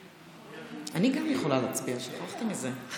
גם אני יכולה להצביע, שכחתי מזה.